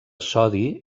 sodi